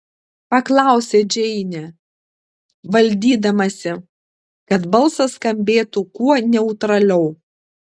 paklausė džeinė valdydamasi kad balsas skambėtų kuo neutraliau